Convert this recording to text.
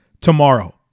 tomorrow